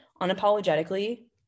unapologetically